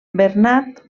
bernat